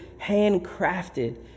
handcrafted